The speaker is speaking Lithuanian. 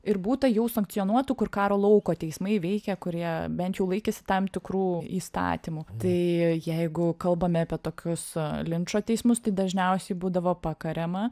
ir būta jau sankcionuotų kur karo lauko teismai veikė kurie bent jau laikėsi tam tikrų įstatymų tai jeigu kalbame apie tokius linčo teismus tai dažniausiai būdavo pakariama